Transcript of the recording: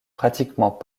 pratiquement